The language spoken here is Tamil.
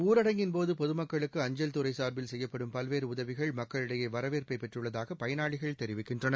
ஊரடங்கின் போது பொதுமக்களுக்கு அஞ்சல் துறை சாா்பில் செய்யப்படும் பல்வேறு உதவிகள் மக்களிடையே வரவேற்பை பெற்றுள்ளதாக பயனாளிகள் தெரிவிக்கின்றனர்